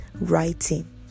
writing